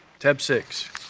tab six.